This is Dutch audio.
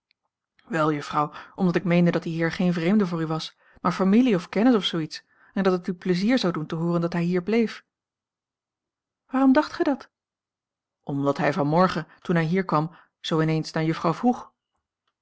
wel juffrouw omdat ik meende dat die heer geen vreemde voor u was maar familie of kennis of zoo iets en dat het u pleizier zou doen te hooren dat hij hier bleef waarom dacht gij dat omdat hij vanmorgen toen hij hier kwam zoo ineens naar juffrouw vroeg